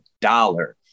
dollar